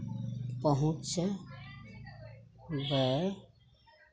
पहुँचबै